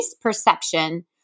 perception